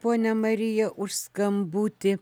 ponia marija už skambutį